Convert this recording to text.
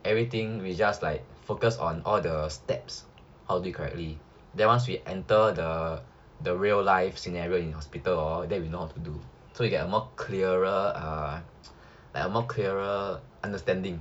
everything we just like focus on all the steps all do it correctly then once we enter the the real life scenario in hospital hor then we know what to do to so we get a more clearer or like a more clearer understanding